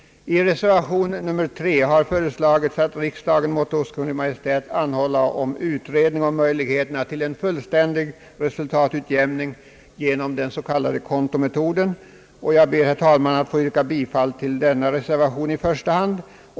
I reservation nr 3 har föreslagits att riksdagen måtte hos Kungl. Maj:t anhålla om utredning angående möjligheterna till en fullständig resultatutjämning genom den s.k. kontometoden. Jag ber, herr talman, att få yrka bifall till denna reservation i första hand.